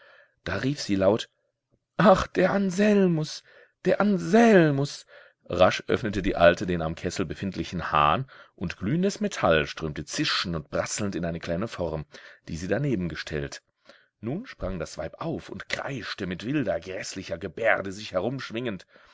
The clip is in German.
da rief sie laut ach der anselmus der anselmus rasch öffnete die alte den am kessel befindlichen hahn und glühendes metall strömte zischend und prasselnd in eine kleine form die sie danebengestellt nun sprang das weib auf und kreischte mit wilder gräßlicher gebärde sich